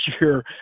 year